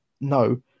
no